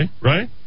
right